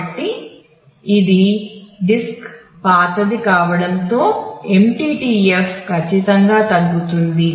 కాబట్టి ఇది డిస్క్ పాతది కావడంతో MTTF ఖచ్చితంగా తగ్గుతుంది